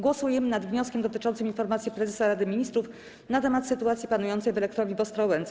Głosujemy nad wnioskiem dotyczącym Informacji Prezesa Rady Ministrów na temat sytuacji panującej w elektrowni w Ostrołęce.